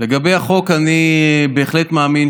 לגבי החוק, אני בהחלט מאמין